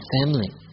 family